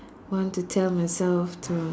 want to tell myself to